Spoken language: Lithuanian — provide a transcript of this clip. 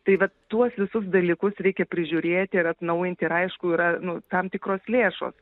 tai va tuos visus dalykus reikia prižiūrėti ir atnaujinti ir aišku yra nu tam tikros lėšos